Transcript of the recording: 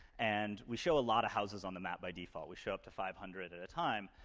and we show a lot of houses on the map by default. we show up to five hundred at a time,